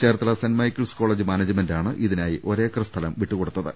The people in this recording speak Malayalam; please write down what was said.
ചേർത്തല സെന്റ് മൈക്കിൾസ് കോളേജ് മാനേജ്മെന്റാണ് ഇതിനായി ഒരേക്കർ സ്ഥലം വിട്ടുകൊടുത്തു